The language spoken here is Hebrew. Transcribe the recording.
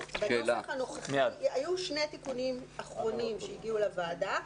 היו שני תיקונים אחרונים שהגיעו לוועדה.